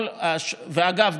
אגב,